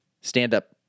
stand-up